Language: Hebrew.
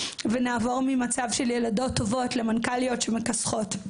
ונעבור ממצב של ילדות טובות למנכ"ליות שמכסחות.